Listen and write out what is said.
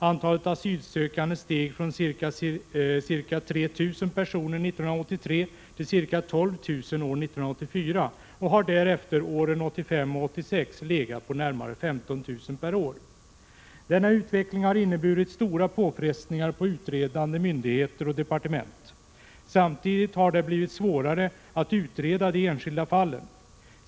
Antalet asylsökande steg från ca 3 000 personer 1983 till ca 12 000 år 1984 och har därefter, åren 1985 och 1986, legat på närmare 15 000 per år. Denna utveckling har inneburit stora påfrestningar på utredande myndigheter och departement. Samtidigt har det blivit svårare att utreda de enskilda fallen.